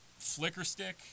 Flickerstick